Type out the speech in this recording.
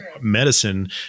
medicine